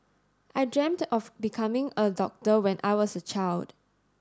I dreamt of becoming a doctor when I was a child